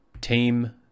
team